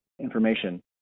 information